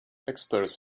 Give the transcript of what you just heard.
experts